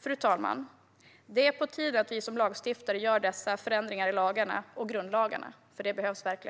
Fru talman! Det är på tiden att vi som lagstiftare gör dessa förändringar i lagarna och grundlagarna, för det behövs verkligen.